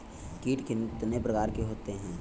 कीट कितने प्रकार के होते हैं?